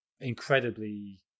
incredibly